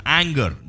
anger